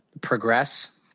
progress